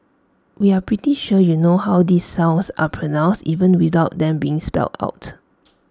we are pretty sure you know how these sounds are pronounced even without them being spelled out